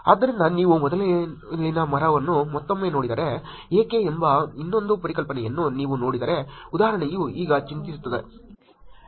ಆದ್ದರಿಂದ ನೀವು ಮೊದಲಿನ ಮರವನ್ನು ಮತ್ತೊಮ್ಮೆ ನೋಡಿದರೆ ಏಕೆ ಎಂಬ ಇನ್ನೊಂದು ಪರಿಕಲ್ಪನೆಯನ್ನು ನೀವು ನೋಡಿದರೆ ಉದಾಹರಣೆಯು ಈಗ ಚಿಂತಿಸುತ್ತಿದೆ